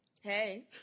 hey